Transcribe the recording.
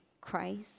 Christ